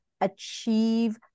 achieve